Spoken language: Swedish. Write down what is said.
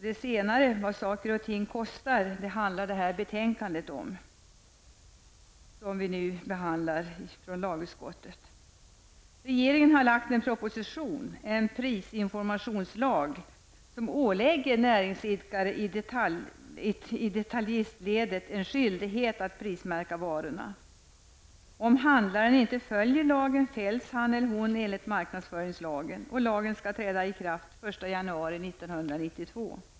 Det senare, vad saker och ting kostar, är vad detta betänkande från lagutskottet handlar om. Regeringen har lagt fram en proposition om en prisinformationslag som ålägger näringsidkare i detaljistledet en skyldighet att prismärka varorna. Om handlaren inte följer lagen fälls han eller hon enligt marknadsföringslagen. Lagen skall träda i kraft den 1 januari 1992.